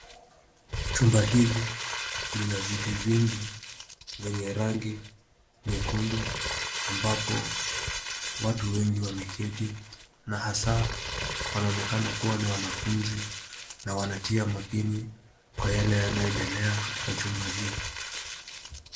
Chumba hili lina viti vingi venye rangi nyekundu ambapo watu wengi wameketi na hasa panaonekana kuwa ni wanafunzi na wanatia makini kwa yale yanayoendelea katika chumba hii.